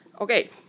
Okay